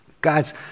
Guys